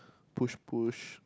push push